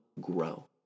grow